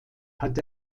hat